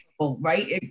right